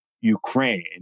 Ukraine